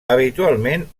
habitualment